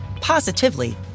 positively